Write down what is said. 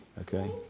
Okay